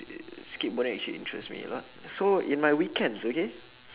uh skateboarding actually interests me a lot so in my weekends okay